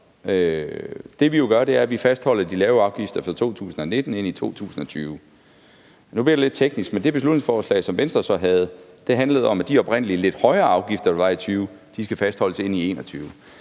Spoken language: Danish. Det, vi jo gør, er, at vi fastholder de lavere afgifter for 2019 ind i 2020. Nu bliver det lidt teknisk, men det beslutningsforslag, som Venstre kom med, handlede om, at de oprindelig lidt højere afgifter, der skulle være i 2020, skulle fastholdes ind i 2021.